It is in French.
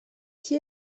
qui